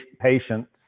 patients